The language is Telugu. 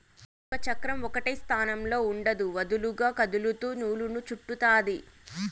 రాట్నం యొక్క చక్రం ఒకటే స్థానంలో ఉండదు, వదులుగా కదులుతూ నూలును చుట్టుతాది